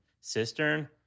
cistern